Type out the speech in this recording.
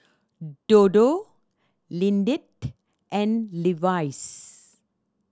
Dodo Lindt and Levi's